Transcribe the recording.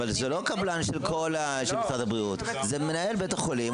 אבל זה לא קבלן של כל משרד הבריאות זה מנהל בית החולים,